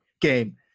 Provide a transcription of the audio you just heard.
game